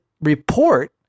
report